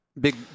Big